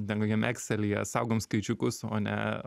ten kokiam ekselyje saugom skaičiukus o ne